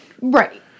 Right